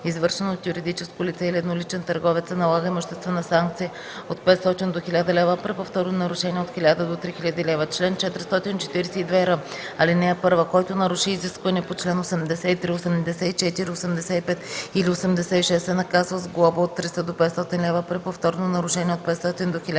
извършено от юридическо лице или едноличен търговец, се налага имуществена санкция от 500 до 1000 лв., а при повторно нарушение – от 1000 до 3000 лв. Чл. 442р. (1) Който наруши изискване по чл. 83, 84, 85 или 86, се наказва с глоба от 300 до 500 лв., а при повторно нарушение – от 500 до 1000